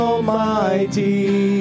Almighty